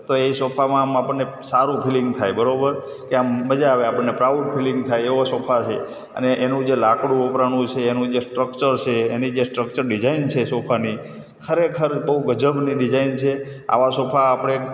તો એ સોફામાં આમ આપણને સારું ફિલિંગ થાય બરાબર કે આમ મજા આવે આમ પ્રાઉડ ફિલિંગ થાય એવા સોફા છે અને એનું જે લાકડું વપરાયું છે એનું જે સ્ટ્રકચર છે એની જે સ્ટ્રકચર ડીઝાઇન છે સોફાની ખરેખર બહુ ગજબની ડીઝાઇન છે આવા સોફા આપણે